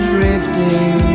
Drifting